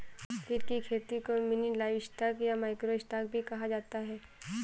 कीट की खेती को मिनी लाइवस्टॉक या माइक्रो स्टॉक भी कहा जाता है